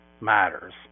matters